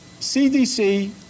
cdc